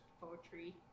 poetry